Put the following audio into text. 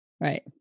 Right